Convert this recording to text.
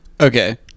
Okay